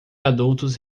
adultos